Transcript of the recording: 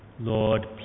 Lord